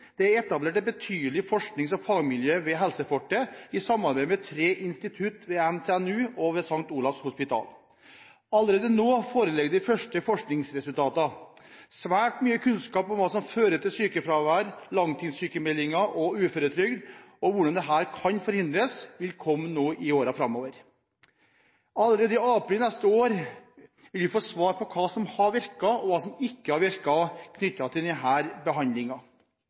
Det er etablert et betydelig forsknings- og fagmiljø ved helsefortet i samarbeid med tre institutter ved NTNU og St. Olavs Hospital. Allerede nå foreligger de første forskningsresultatene. Svært mye kunnskap om hva som fører til sykefravær, langtidssykemeldinger og uføretrygd og hvordan dette kan forhindres, vil komme nå i årene framover. Allerede i april neste år vil vi få svar på hva som har virket og hva som ikke har virket knyttet til